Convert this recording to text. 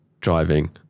driving